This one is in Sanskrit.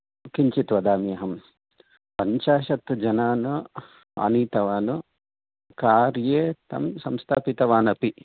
किञ्चित् वदामि अहं पञ्चाशत् जनान् आनीतवान् कार्ये तं संस्थापितवान् अपि